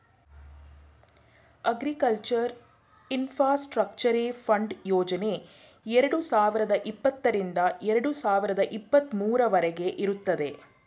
agriculture infrastructure fund ಯೋಜನೆ ಎರಡು ಸಾವಿರದ ಇಪ್ಪತ್ತರಿಂದ ಎರಡು ಸಾವಿರದ ಇಪ್ಪತ್ತ ಮೂರವರಗೆ ಇರುತ್ತದೆ